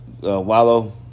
Wallow